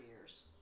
years